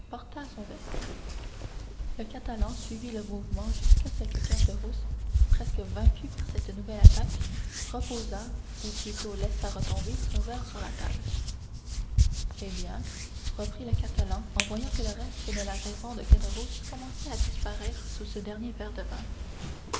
à son verre le catalan suivit le mouvement jusqu'à ce que caderousse presque vaincu par cette nouvelle attaque reposât ou plutôt laissât retomber son verre sur la table eh bien reprit le catalan en voyant que le reste de la raison de caderousse commençait à disparaître sous ce dernier verre de vin